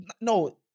no